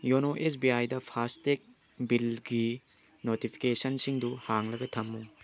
YONO S B ꯑꯥꯏꯗ FASTag ꯕꯤꯜꯒꯤ ꯅꯣꯇꯤꯐꯤꯀꯦꯁꯟꯁꯤꯡꯗꯨ ꯍꯥꯡꯂꯒ ꯊꯝꯃꯨ